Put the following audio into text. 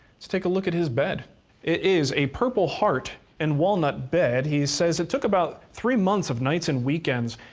let's take a look at his bed. it is a purpleheart and walnut bed. he says it took about three months of nights and weekends,